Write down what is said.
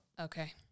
Okay